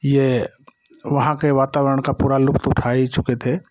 ये वहाँ के वातावरण के पूरा लुफ्त उठा ही चुके थे